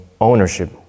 ownership